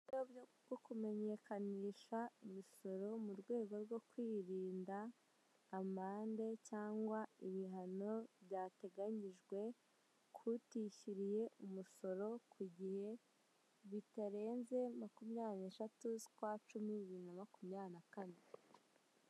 Kumenyekanisha umusoro mu rwego rwo kwirinda amande cyangwa ibihano byateganyijwe kutishyuriye umusoro ku gihe, bitarenze makumyabiri neshatu zu kwa cumi biri na makumyabiri na kane.